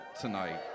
tonight